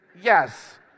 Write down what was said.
yes